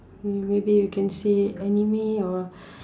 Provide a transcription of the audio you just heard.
mm maybe you can say anime or